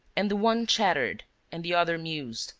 and the one chattered and the other mused,